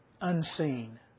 unseen